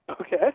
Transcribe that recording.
Okay